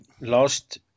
last